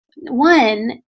One